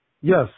Yes